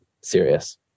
serious